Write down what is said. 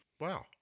Wow